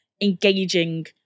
engaging